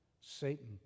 Satan